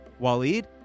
Waleed